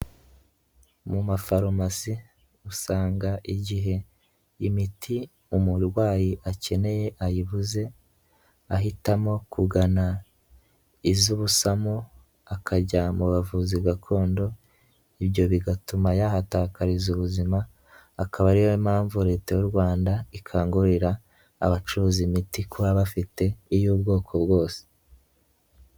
Mu mafarumasi usanga igihe imiti umurwayi akeneye ayibuze ahitamo kugana iz'ubusamo akajya mu bavuzi gakondo, ibyo bigatuma yahatakariza ubuzima, akaba ari yo mpamvu Leta y'u Rwanda ikangurira abacuruza imiti kuba bafite iy'ubwoko bwose.